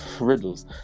Riddles